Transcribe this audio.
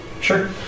Sure